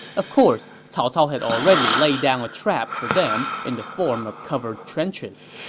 of course, cao cao had already laid down a trap for them in the form of covered trenches.